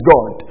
God